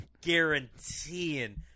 guaranteeing